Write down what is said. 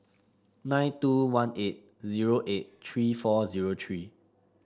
nine two one eight zero eight three four zero three